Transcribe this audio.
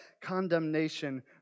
condemnation